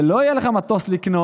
ולא היה לך מטוס לקנות.